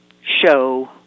show